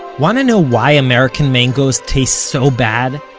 want to know why american mangos taste so bad,